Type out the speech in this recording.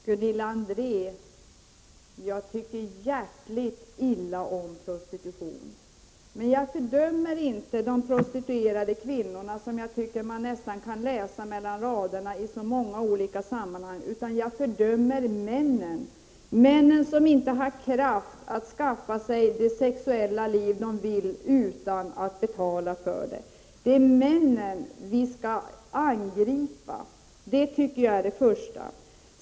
Herr talman! Jag tycker mycket illa om prostitution, Gunilla André. Men jag fördömer inte de prostituerade kvinnorna, vilket man mellan raderna kan läsa att så många gör i olika sammanhang. Däremot fördömer jag de män som inte har kraft att skaffa sig det sexuella liv de vill ha utan att betala för det. Det är alltså de män som söker kontakt med prostituerade som skall angripas.